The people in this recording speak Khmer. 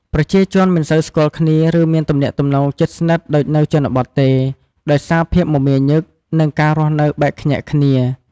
ប្រជាជនមិនសូវស្គាល់គ្នា ឬមានទំនាក់ទំនងជិតស្និទ្ធដូចនៅជនបទទេ ដោយសារភាពមមាញឹក និងការរស់នៅបែកខ្ញែកគ្នា។